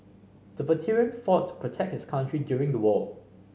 the veteran fought to protect his country during the war